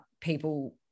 people